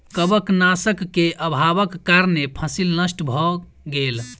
कवकनाशक के अभावक कारणें फसील नष्ट भअ गेल